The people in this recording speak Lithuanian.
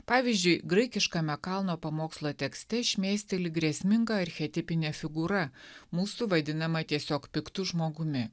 pavyzdžiui graikiškame kalno pamokslo tekste šmėsteli grėsminga archetipinė figūra mūsų vadinama tiesiog piktu žmogumi